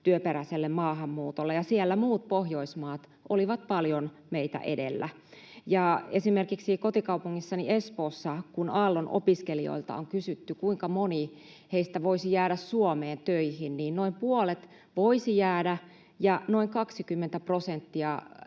työperäiselle maahanmuutolle. Siellä muut Pohjoismaat olivat paljon meitä edellä. Esimerkiksi kotikaupungissani Espoossa, kun Aallon opiskelijoilta on kysytty, kuinka moni heistä voisi jäädä Suomeen töihin, noin puolet voisi jäädä, ja noin 20 prosenttia